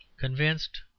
convinced